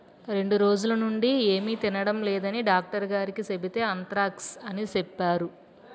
రెండ్రోజులనుండీ ఏమి తినడం లేదని డాక్టరుగారికి సెబితే ఆంత్రాక్స్ అని సెప్పేరు